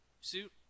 suit